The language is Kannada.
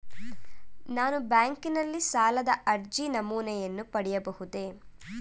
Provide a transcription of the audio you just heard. ನಾನು ಬ್ಯಾಂಕಿನಲ್ಲಿ ಸಾಲದ ಅರ್ಜಿ ನಮೂನೆಯನ್ನು ಪಡೆಯಬಹುದೇ?